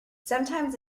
sometimes